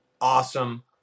awesome